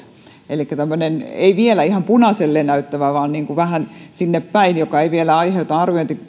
elikkä tämmöinen ei vielä ihan punaiselle näyttävä vaan vähän sinne päin joka ei vielä aiheuta